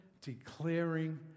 declaring